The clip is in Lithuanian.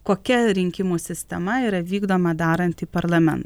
kokia rinkimų sistema yra vykdoma darant į parlamentą